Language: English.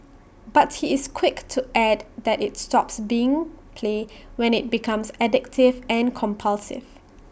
but he is quick to add that IT stops being play when IT becomes addictive and compulsive